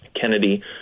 Kennedy